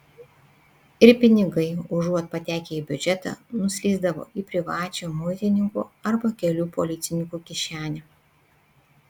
ir pinigai užuot patekę į biudžetą nuslysdavo į privačią muitininkų arba kelių policininkų kišenę